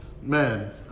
Man